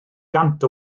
gant